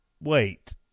wait